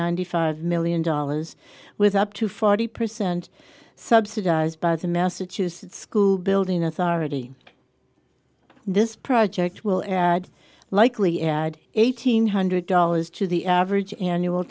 ninety five million dollars with up to forty percent subsidized by the massachusetts school building authority this project will add likely add eighteen hundred dollars to the average annual